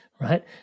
right